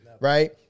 Right